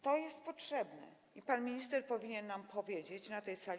To jest potrzebne i pan minister powinien nam to powiedzieć na tej sali.